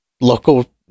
local